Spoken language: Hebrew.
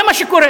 זה מה שקורה.